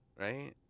right